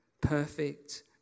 perfect